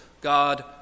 God